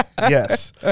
Yes